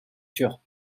sur